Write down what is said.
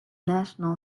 national